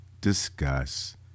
discuss